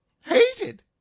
hated